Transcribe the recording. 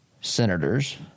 senators